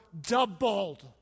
doubled